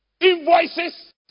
invoices